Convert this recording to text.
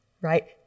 right